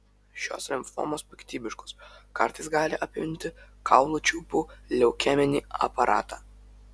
šios limfomos piktybiškos kartais gali apimti kaulų čiulpų leukeminį aparatą